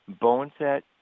boneset